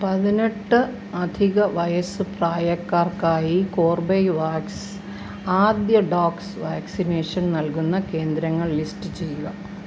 പതിനെട്ട് അധിക വയസ്സ് പ്രായക്കാർക്കായി കോർബെവാക്സ് ആദ്യ ഡോക്സ് വാക്സിനേഷൻ നൽകുന്ന കേന്ദ്രങ്ങൾ ലിസ്റ്റ് ചെയ്യുക